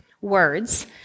words